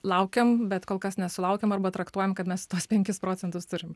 laukiam bet kol kas nesulaukėm arba traktuojam kad mes tuos penkis procentus turim